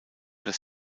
das